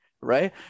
right